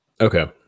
okay